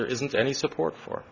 there isn't any support for